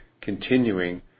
continuing